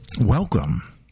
Welcome